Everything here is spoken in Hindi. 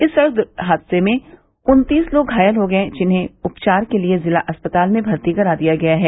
इस सड़क हादसे में उन्तीस लोग घायल हो गये हैं जिन्हें उपचार के लिये जिला अस्पताल में भर्ती करा दिया गया है